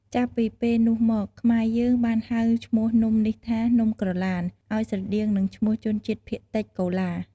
ចាប់ពីពេលនោះមក ខ្មែរយើងបានហៅឈ្មោះនំនេះថា "នំក្រឡាន" ឱ្យស្រដៀងនឹងឈ្មោះជនជាតិភាគតិចកូឡា។